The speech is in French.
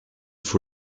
faut